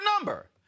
number